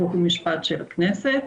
חוק ומשפט של הכנסת,